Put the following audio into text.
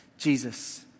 Jesus